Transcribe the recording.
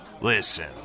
Listen